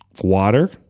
water